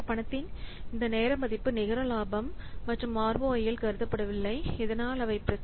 பணத்தின் இந்த நேர மதிப்பு நிகர லாபம் மற்றும் ROI இல் கருதப்படவில்லை இதனால் அவை பிரச்சினை